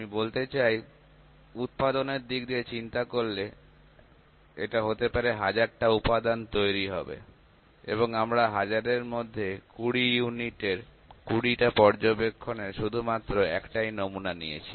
আমি বলতে চাই উৎপাদনের দিক দিয়ে চিন্তা করলে যে এটা হতে পারে হাজারটা উপাদান তৈরি হবে এবং আমরা ১০০০ এর মধ্যে ২০ ইউনিটের ২০টা পর্যবেক্ষণের শুধুমাত্র একটাই নমুনা নিয়েছি